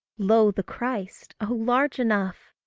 lo, the christ! oh, large enough!